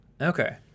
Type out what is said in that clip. Okay